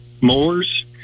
mowers